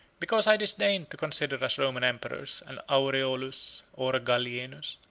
because i disdained to consider as roman emperors an aureolus or a gallienus.